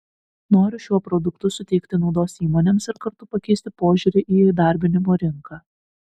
noriu šiuo produktu suteikti naudos įmonėms ir kartu pakeisti požiūrį į įdarbinimo rinką